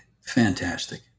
Fantastic